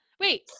Wait